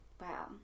Wow